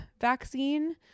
vaccine